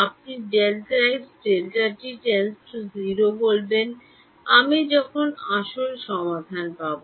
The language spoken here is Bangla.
আপনি Δx Δt → 0 বলবেন যে আমি যখন আসল সমাধান পাব